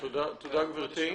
תודה גברתי.